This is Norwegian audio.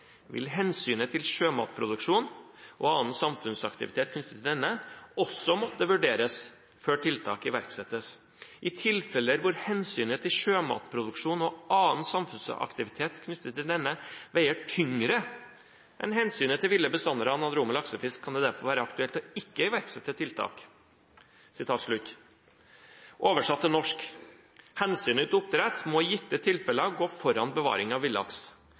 vil hensynet til sjømatproduksjonen og annen samfunnsaktivitet knyttet til denne også måtte vurderes før tiltak iverksettes. I tilfeller hvor hensynet til sjømatproduksjonen og annen samfunnsaktivitet knyttet til denne veier tyngre enn hensynet til ville bestander av anadrome laksefisk, kan det derfor være aktuelt å ikke iverksette tiltak.» Oversatt til norsk: Hensynet til oppdrett må i gitte tilfeller gå foran bevaring av villaks.